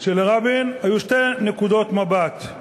שלרבין היו שתי נקודות מבט: